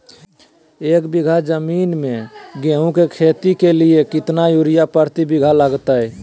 एक बिघा जमीन में गेहूं के खेती के लिए कितना यूरिया प्रति बीघा लगतय?